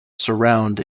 surround